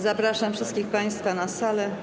Zapraszam wszystkich państwa na salę.